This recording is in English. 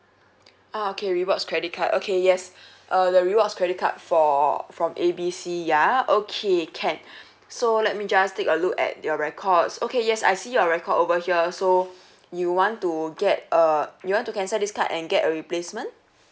ah okay rewards credit card okay yes uh the rewards credit card for from A B C ya okay can so let me just take a look at your records okay yes I see your record over here so you want to get uh you want to cancel this card and get a replacement